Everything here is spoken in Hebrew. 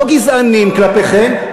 לא גזענים כלפיכם,